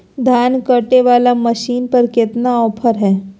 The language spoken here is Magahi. धान कटे बाला मसीन पर कितना ऑफर हाय?